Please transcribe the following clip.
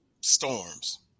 storms